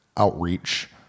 outreach